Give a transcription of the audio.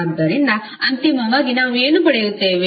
ಆದ್ದರಿಂದ ಅಂತಿಮವಾಗಿ ನಾವು ಏನು ಪಡೆಯುತ್ತೇವೆ